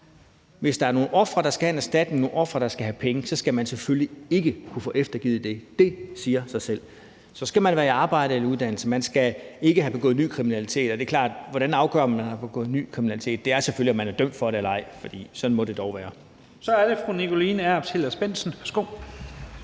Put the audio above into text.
Hvis der er nogle ofre, der skal have en erstatning, nogle ofre, der skal have penge, skal man selvfølgelig ikke kunne få eftergivet det. Det siger sig selv. Og så skal man være i arbejde eller uddannelse, og man skal ikke have begået ny kriminalitet. Og det er klart, at svaret på, hvordan man afgør, om man har begået ny kriminalitet, selvfølgelig er, om man er dømt for det eller ej, for sådan må det dog være. Kl. 16:18 Første næstformand (Leif Lahn